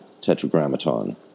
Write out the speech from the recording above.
tetragrammaton